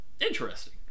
interesting